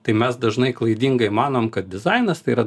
tai mes dažnai klaidingai manom kad dizainas tai yra